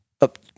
up